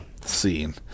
Scene